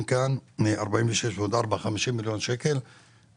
כאן - 46 מיליון ועוד 4 מיליון חברים,